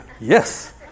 yes